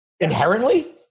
inherently